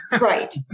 Right